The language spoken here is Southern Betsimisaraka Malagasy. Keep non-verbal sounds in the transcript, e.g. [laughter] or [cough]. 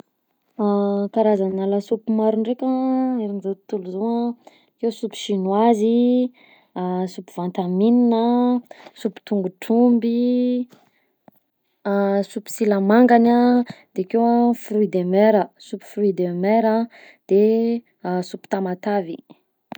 [hesitation] Karazana lasopy maro ndraika an amzao tontolo zao a: akeo sopy chinoizy, soupy van tamine, soupy tongotr'omby, [hesitation] soupy silamangany a, de akeo a fruit de mer, soupy fruit de mer a, de soupy Tamatavy.